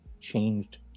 changed